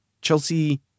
Chelsea